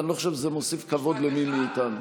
ואני לא חושב שזה מוסיף כבוד למי מאיתנו.